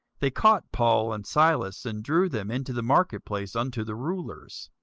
they caught paul and silas, and drew them into the marketplace unto the rulers,